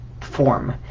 form